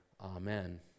Amen